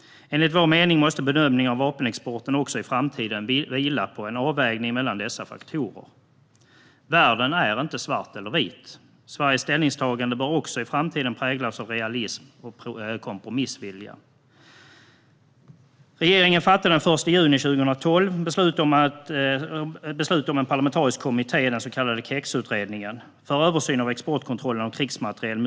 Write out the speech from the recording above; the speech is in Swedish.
Enligt vår mening måste bedömningen av vapenexporten också i framtiden vila på en avvägning mellan dessa faktorer. Världen är inte svart och vit. Sveriges ställningstagande bör också i framtiden präglas av realism och kompromissvilja. Regeringen fattade den 1 juni 2012 beslut om att en parlamentarisk kommitté, den så kallade KEX-utredningen, skulle göra en översyn av exportkontrollen av krigsmateriel.